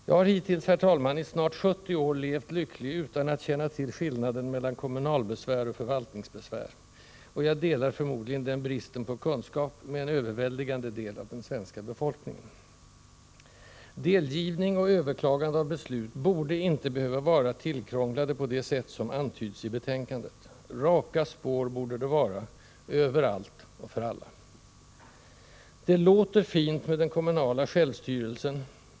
Jag har hittills, herr talman, i snart 70 år levt lycklig utan att känna till skillnaden mellan kommunalbesvär och förvaltningsbesvär, och jag delar förmodligen den bristen på kunskap med en överväldigande del av den svenska befolkningen. Delgivning och överklagande av beslut borde inte behöva vara tillkrånglade på det sätt som antyds i betänkandet. Raka spår borde det vara, överallt och för alla. Det låter fint med den kommunala självstyrelsen.